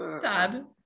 sad